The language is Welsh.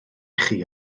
chi